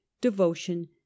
devotion